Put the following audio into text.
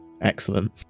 Excellent